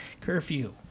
Curfew